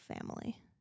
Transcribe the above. family